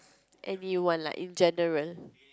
anyone lah in general